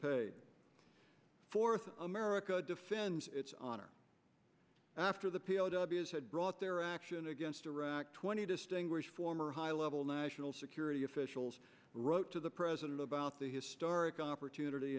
paid for with america defends its honor after the p o w s had brought their action against iraq twenty distinguished former high level national security officials wrote to the president about the historic opportunity